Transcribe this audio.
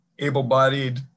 able-bodied